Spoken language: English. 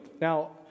Now